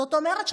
זאת אומרת,